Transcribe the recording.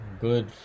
good